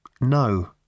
No